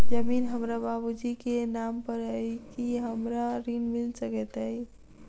जमीन हमरा बाबूजी केँ नाम पर अई की हमरा ऋण मिल सकैत अई?